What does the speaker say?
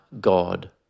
God